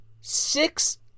six